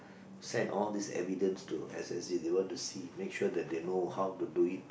send all these evidence to S_S_G they want to see make sure that they know how to do it